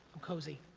cozy.